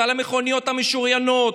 על המכוניות המשוריינות,